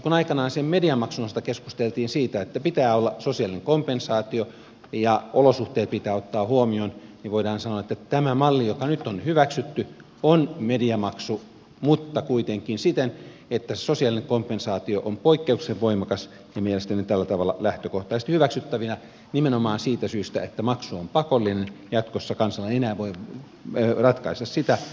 kun aikanaan sen mediamaksun osalta keskusteltiin siitä että pitää olla sosiaalinen kompensaatio ja olosuhteet pitää ottaa huomioon niin voidaan sanoa että tämä malli joka nyt on hyväksytty on mediamaksu mutta kuitenkin siten että se sosiaalinen kompensaatio on poikkeuksellisen voimakas ja mielestäni tällä tavalla lähtökohtaisesti hyväksyttävissä nimenomaan siitä syystä että maksu on pakollinen jatkossa kansalainen ei enää voi ratkaista sitä maksaako vai eikö maksa